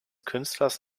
künstlers